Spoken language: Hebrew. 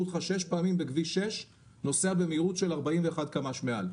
אותך שש פעמים בכביש שש נוסע במהירות של 41 קמ"ש מעל.